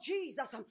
Jesus